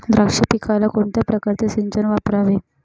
द्राक्ष पिकाला कोणत्या प्रकारचे सिंचन वापरावे?